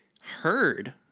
heard